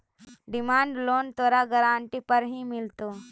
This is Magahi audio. डिमांड लोन तोरा गारंटी पर ही मिलतो